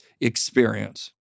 experience